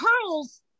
curls